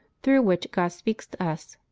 through which god speaks to us.